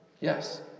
Yes